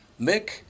Mick